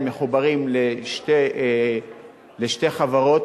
מדובר, אדוני היושב-ראש,